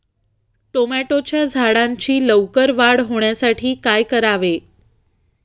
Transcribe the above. टोमॅटोच्या झाडांची लवकर वाढ होण्यासाठी काय करावे?